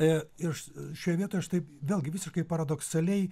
e iš šioj vietoj aš taip vėlgi visiškai paradoksaliai